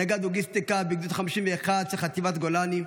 נגד לוגיסטיקה בגדוד 51 של חטיבת גולני,